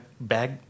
bag